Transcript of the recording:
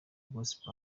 gospel